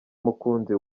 mukunzi